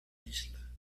isla